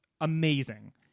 amazing